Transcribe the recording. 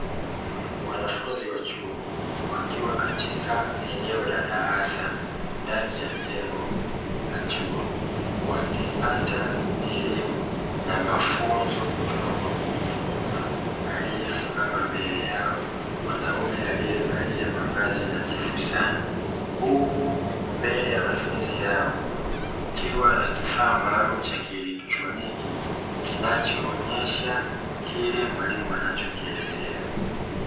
Wanafunzi wa chuo wakiwa katika eneo la darasa ndani ya jengo la chuo, wakipata elimu na mafunzo kutoka kwa makufuzi aliyesimama mbele yao; mwanamume aliyevalia mavazi nadhifu sana huku mbele ya wanafunzi hao kukiwa na kifaa maalum cha kielektroniki, kinachoonyesha kile mwalimu anachokielezea.